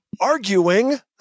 arguing